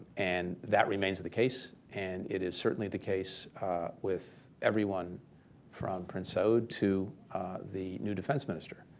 and that remains the the case. and it is certainly the case with everyone from prince saud to the new defense minister.